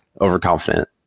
overconfident